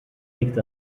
liegt